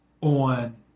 on